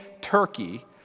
Turkey